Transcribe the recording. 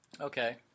Okay